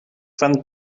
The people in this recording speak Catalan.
fan